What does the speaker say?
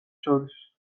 შორის